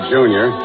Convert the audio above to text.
Junior